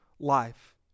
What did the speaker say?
life